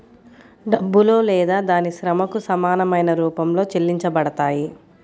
డబ్బులో లేదా దాని శ్రమకు సమానమైన రూపంలో చెల్లించబడతాయి